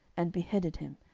and beheaded him,